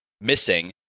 missing